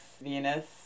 Venus